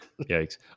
Yikes